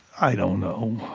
i don't know.